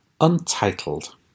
Untitled